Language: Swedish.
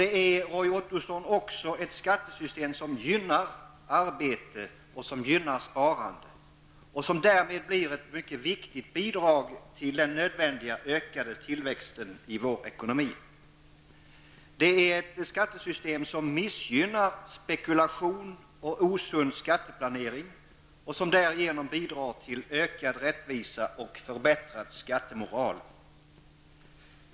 Det är, Roy Ottosson, ett skattesystem som gynnar arbete och sparande och som därmed blir ett viktigt bidrag till den nödvändiga ökade tillväxten i vår ekonomi. Det är ett skattesystem som missgynnar spekulation och osund skatteplanering och som därigenom bidrar till ökad rättvisa och förbättrad skattemoral.